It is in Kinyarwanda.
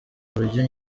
buryo